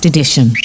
Edition